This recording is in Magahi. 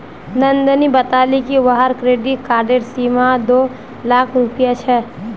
नंदनी बताले कि वहार क्रेडिट कार्डेर सीमा दो लाख रुपए छे